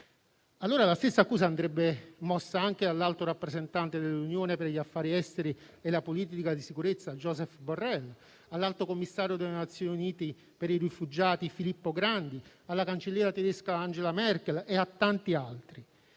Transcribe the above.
allora la stessa accusa andrebbe mossa anche all'alto rappresentante dell'Unione per gli affari esteri e la politica di sicurezza Josep Borrell, all'alto commissario delle Nazioni Unite per i rifugiati Filippo Grandi, alla cancelliera tedesca Angela Merkel e a tanti altri.